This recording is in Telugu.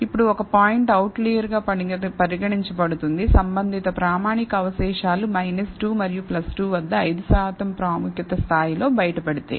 ఇప్పుడు ఒక పాయింట్ అవుట్లియర్గా పరిగణించబడుతుంది సంబంధిత ప్రామాణిక అవశేషాలు 2 మరియు 2 వద్ద 5 శాతం ప్రాముఖ్యత స్థాయి లో బయట పడితే